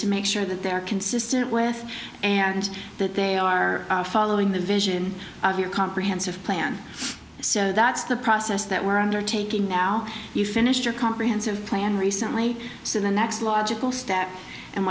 to make sure that they are consistent with and that they are following the vision of your comprehensive plan so that's the process that we're undertaking now you finished your comprehensive plan recently so the next logical step and